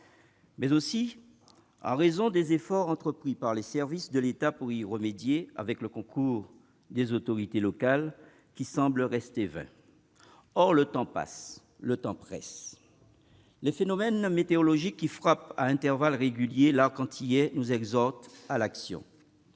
la construction. Les efforts entrepris par les services de l'État pour y remédier, avec le concours des autorités locales, semblent rester vains. Or le temps presse. Les phénomènes météorologiques qui frappent à intervalles réguliers l'arc antillais nous exhortent à l'action,